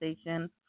station